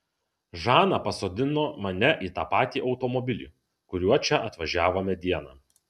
žana pasodino mane į tą patį automobilį kuriuo čia atvažiavome dieną